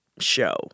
show